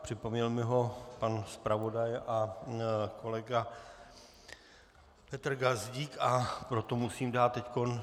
Připomněl mi ho pan zpravodaj a kolega Petr Gazdík, a proto musím dát teď...